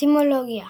אטימולוגיה